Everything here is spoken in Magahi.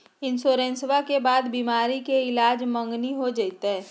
इंसोरेंसबा के बाद बीमारी के ईलाज मांगनी हो जयते?